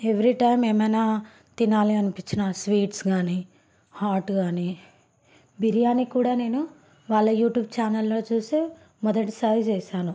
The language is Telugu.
ఎవ్రి టైమ్ ఏమన్నా తినాలి అనిపించినా స్వీట్స్ కానీ హాట్ కానీ బిర్యానీ కూడా నేను వాళ్ళ యూట్యూబ్ ఛానల్లో చూసి మొదటి సారి చేశాను